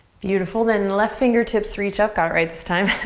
beautiful, then left fingertips reach up. got it right this time.